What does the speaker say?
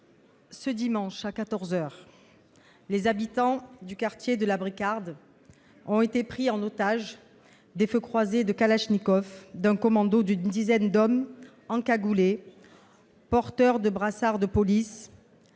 à quatorze heures, les habitants du quartier de la Bricarde ont été pris en otage sous les feux croisés de kalachnikov d'un commando d'une dizaine d'hommes encagoulés et portant des brassards de police,